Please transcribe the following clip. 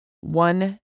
one